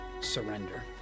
surrender